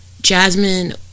Jasmine